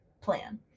plan